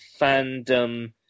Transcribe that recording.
fandom